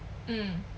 mm